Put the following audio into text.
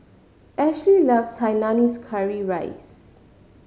Ashely loves Hainanese curry rice